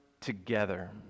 together